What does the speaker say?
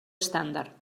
estàndard